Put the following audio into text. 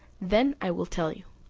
then i will tell you.